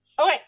Okay